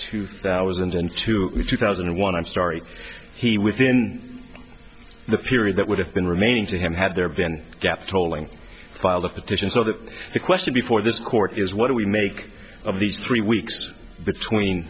two thousand and two two thousand and one i'm sorry he within the period that would have been remaining to him had there been a gap tolling filed a petition so that the question before this court is what do we make of these three weeks between